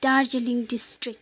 Darjeeling district